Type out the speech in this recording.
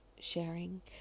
sharing